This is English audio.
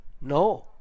No